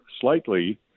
slightly